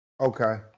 Okay